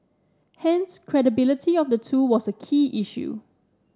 hence credibility of the two was a key issue